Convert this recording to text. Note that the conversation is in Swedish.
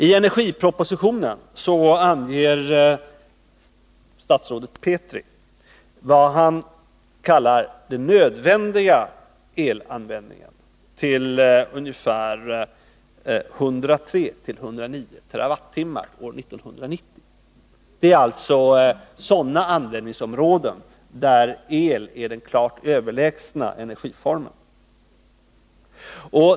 I energipropositionen anger statsrådet Petri vad han kallar den nödvändiga elanvändningen till ungefär 103 å 109 TWh år 1990. Det gäller således sådana användningsområden där el är den klart överlägsna energiformen.